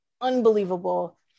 Unbelievable